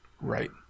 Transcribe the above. right